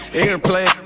Airplay